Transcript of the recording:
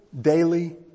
daily